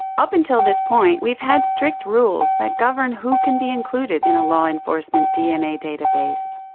up until this point we've had strict rules that govern who can be included in a law enforcement dna database.